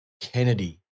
Kennedy